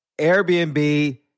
Airbnb